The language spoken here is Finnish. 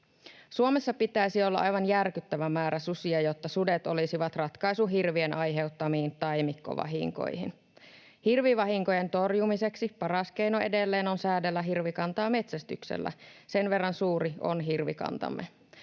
Suomessa pitäisi olla aivan järkyttävä määrä susia, jotta sudet olisivat ratkaisu hirvien aiheuttamiin taimikkovahinkoihin. Hirvivahinkojen torjumiseksi paras keino edelleen on säädellä hirvikantaa metsästyksellä, sen verran suuri on hirvikantamme.